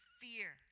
fear